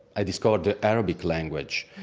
i discovered the arabic language.